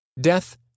Death